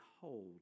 hold